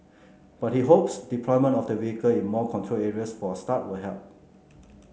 but he hopes deployment of the vehicle in more controlled areas for a start will help